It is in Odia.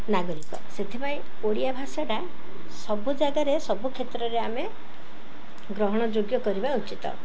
ନାଗରିକ ସେଥିପାଇଁ ଓଡ଼ିଆ ଭାଷାଟା ସବୁ ଜାଗାରେ ସବୁ କ୍ଷେତ୍ରରେ ଆମେ ଗ୍ରହଣ ଯୋଗ୍ୟ କରିବା ଉଚିତ୍